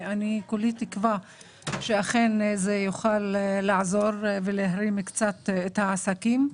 כולי תקווה שאכן זה יוכל לעזור ולהרים קצת את העסקים.